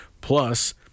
Plus